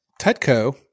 Tutco